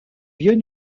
vieux